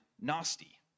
nasty